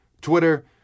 Twitter